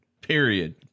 Period